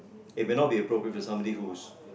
it may not be appropriate for somebody whose